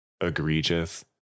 egregious